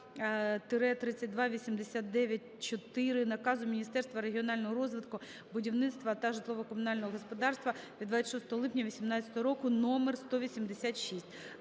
1442/32894 наказу Міністерства регіонального розвитку, будівництва та житлово-комунального господарства від 26 липня 18-го року № 186.